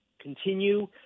continue